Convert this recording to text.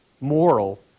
moral